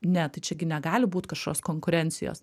ne tai čia gi negali būt kažkokios konkurencijos